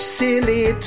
silly